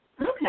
Okay